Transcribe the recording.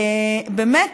באמת,